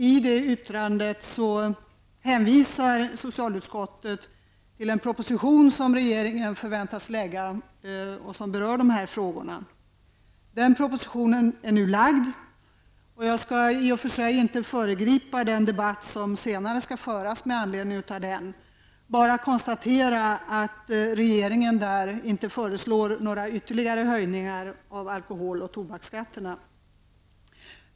I det yttrandet hänvisar socialutskottet till en proposition i dessa frågor som regeringen väntades lägga fram. Den propositionen har nu lagts fram. Jag skall inte föregripa den debatt som vi senare skall föra med anledning av den propositionen. Jag vill bara konstatera att regeringen i den propositionen inte föreslår några ytterligare höjningar av alkohol och tobaksskatterna.